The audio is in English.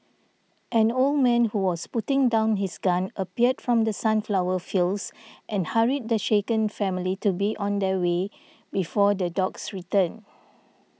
an old man who was putting down his gun appeared from the sunflower fields and hurried the shaken family to be on their way before the dogs return